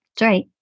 right